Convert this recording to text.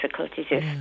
difficulties